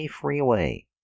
freeway